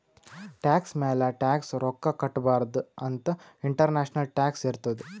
tax ಮ್ಯಾಲ tax ರೊಕ್ಕಾ ಕಟ್ಟಬಾರ್ದ ಅಂತ್ ಇಂಟರ್ನ್ಯಾಷನಲ್ ಟ್ಯಾಕ್ಸ್ ಇರ್ತುದ್